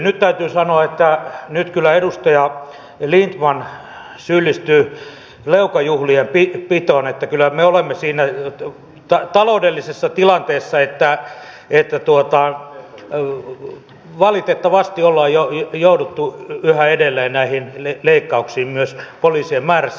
nyt täytyy sanoa että nyt kyllä edustaja lindtman syyllistyy leukajuhlien pitoon että kyllä me olemme siinä taloudellisessa tilanteessa että valitettavasti ollaan jouduttu yhä edelleen näihin leikkauksiin myös poliisien määrässä